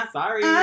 sorry